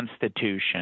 Constitution